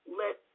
let